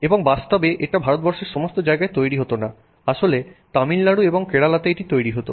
এবং বাস্তবে এটা ভারতবর্ষের সমস্ত জায়গায় তৈরি হতো না আসলে তামিলনাড়ু এবং কেরালাতে এটি তৈরি হতো